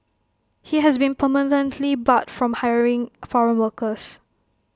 he has been permanently barred from hiring foreign workers